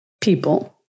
People